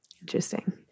interesting